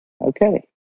Okay